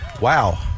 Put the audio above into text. Wow